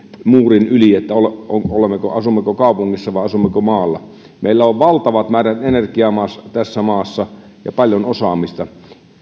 muurin yli asummeko kaupungissa vai asummeko maalla meillä on valtavat määrät energiaa tässä maassa ja paljon osaamista